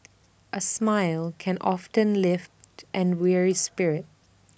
A smile can often lift an weary spirit